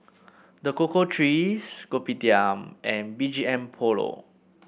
The Cocoa Trees Kopitiam and B G M Polo